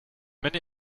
many